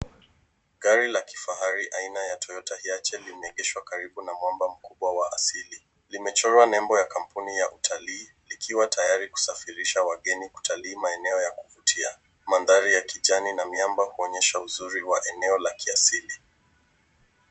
Gari la kifahari aina ya toyota Hiace imeegeshwa karibu na mwamba mkubwa wa asili. Limechorwa lebo ya kampuni ya utalii, ikiwa tayari kusafirisha wageni kutalii maeneo ya kuvutia. Mandhari ya kijani na miamba huonyesha uzuri wa eneo la kiasili.